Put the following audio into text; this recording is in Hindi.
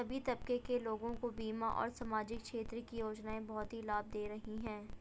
सभी तबके के लोगों को बीमा और सामाजिक क्षेत्र की योजनाएं बहुत ही लाभ दे रही हैं